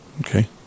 Okay